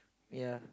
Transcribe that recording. ya